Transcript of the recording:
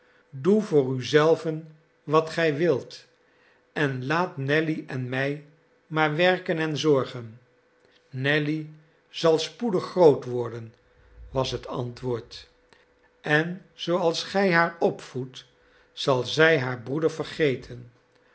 doe voor u zelven wat gij wilt en laat nelly en mij maar werken en zorgen nelly zal spoedig groot worden was het antwoord en zooals gij haar opvoedt zal zij haar broeder vergeten